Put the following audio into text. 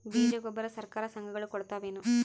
ಬೀಜ ಗೊಬ್ಬರ ಸರಕಾರ, ಸಂಘ ಗಳು ಕೊಡುತಾವೇನು?